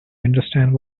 understand